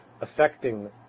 affecting